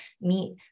meet